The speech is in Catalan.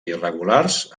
irregulars